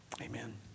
Amen